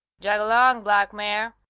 jog along, black mare.